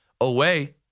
away